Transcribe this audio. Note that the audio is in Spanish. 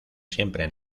siempre